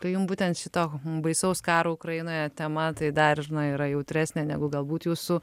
tai jums būtent šito baisaus karo ukrainoje tema tai dar žinai yra jautresnė negu galbūt jūsų